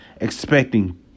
expecting